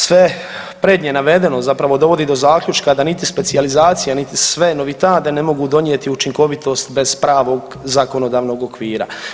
Sve prednje navedeno zapravo dovodi do zaključka da niti specijalizacija, niti sve … ne mogu donijeti učinkovitost bez pravog zakonodavnog okvira.